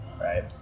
right